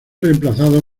reemplazado